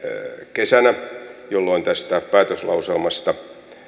kesänä jolloin tästä päätöslauselmasta